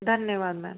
धन्यवाद मैम